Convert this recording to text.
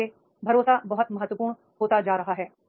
इसलिए भरोसा बहुत महत्वपूर्ण होता जा रहा है